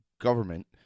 government